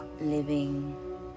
living